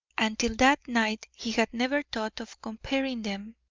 and till that night he had never thought of comparing them.